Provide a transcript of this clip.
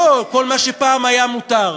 לא כל מה שפעם היה מותר.